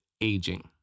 aging